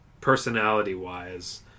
personality-wise